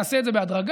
נעשה את זה בהדרגה.